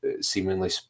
seemingly